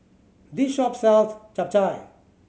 this shop sells Chap Chai